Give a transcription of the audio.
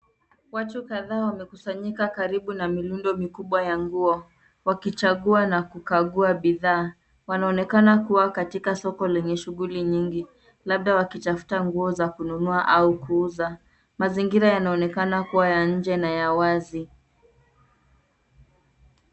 Watu kadhaa wamekusanyika karibu na mirundo mikubwa ya nguo wakichagua na kukagua bidhaa. Wanaonekana kuwa katika soko lenye shughuli nyingi labda wakitafuta nguo za kununua au kuuza. Mazingira yanaonekana kuwa ya nje na ya wazi.